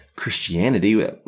Christianity